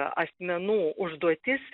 asmenų užduotis